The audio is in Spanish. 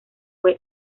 fue